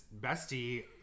bestie